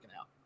out